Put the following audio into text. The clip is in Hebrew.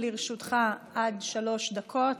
לרשותך עד שלוש דקות.